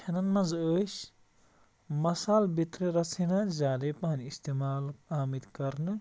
کھٮ۪نَن منٛز ٲسۍ مَسالہٕ بیِٚترِ رَژھِ ہینا زیادَے پَہَن اِستعمال آمٕتۍ کَرنہٕ